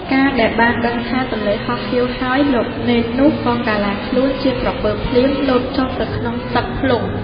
កាលដែលបានដឹងថាទន្លេហោះហៀវហើយ លោកនេននោះក៏កាឡាខ្លួនជាក្រពើភ្លាម លោតចុះទៅក្នុងទឹកភ្លុង។